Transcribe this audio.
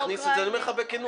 הצעה כזו אני אתמוך בה.